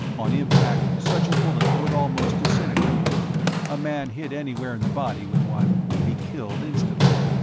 on impact, such a bullet would almost disintegrate a man hit anywhere in the body with one would be killed instantly,